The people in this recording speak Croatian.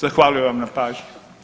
Zahvaljujem vam na pažnji.